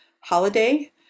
holiday